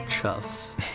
chuffs